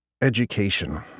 education